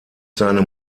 seine